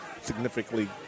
significantly